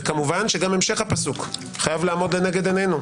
וכמובן שגם המשך הפסוק חייב לעמוד לנגד עינינו: